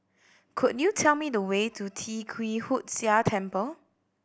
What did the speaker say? could you tell me the way to Tee Kwee Hood Sia Temple